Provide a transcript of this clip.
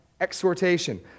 Exhortation